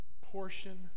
portion